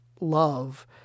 love